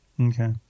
Okay